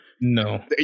No